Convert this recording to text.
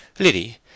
Liddy